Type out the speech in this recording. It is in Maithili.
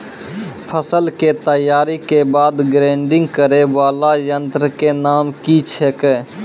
फसल के तैयारी के बाद ग्रेडिंग करै वाला यंत्र के नाम की छेकै?